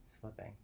slipping